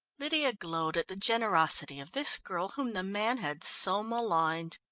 lydia glowed at the generosity of this girl whom the man had so maligned.